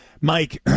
Mike